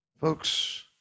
Folks